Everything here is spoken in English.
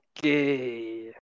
Okay